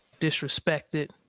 disrespected